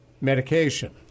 medication